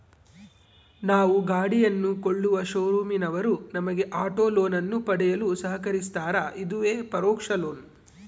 ನಾವು ಗಾಡಿಯನ್ನು ಕೊಳ್ಳುವ ಶೋರೂಮಿನವರು ನಮಗೆ ಆಟೋ ಲೋನನ್ನು ಪಡೆಯಲು ಸಹಕರಿಸ್ತಾರ, ಇದುವೇ ಪರೋಕ್ಷ ಲೋನ್